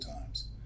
times